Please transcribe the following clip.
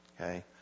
Okay